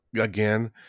again